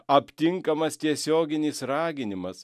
aptinkamas tiesioginis raginimas